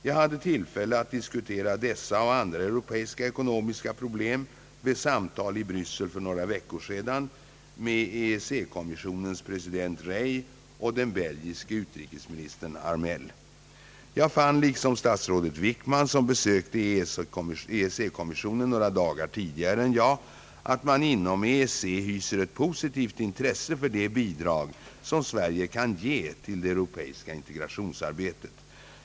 Jag hade tillfälle att diskutera dessa och andra europeiska ekonomiska problem vid samtal i Bryssel för några veckor sedan med EEC-kommissionens president Rey och den belgiske utrikesministern Harmel. Jag fann liksom statsrådet Wickman, som besökte EEC-kommissionen några dagar tidigare än jag, att man inom EEC hyser ett positivt intresse för de bidrag som Sverige kan ge till det europeiska integrationsarbetet.